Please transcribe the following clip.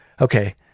Okay